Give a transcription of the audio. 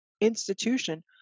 institution